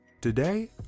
Today